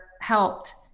helped